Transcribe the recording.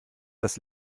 das